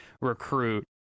recruit